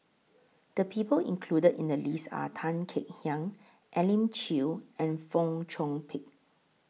The People included in The list Are Tan Kek Hiang Elim Chew and Fong Chong Pik